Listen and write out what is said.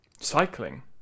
cycling